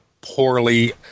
poorly